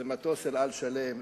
שזה מטוס "אל על" שלם,